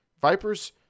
Vipers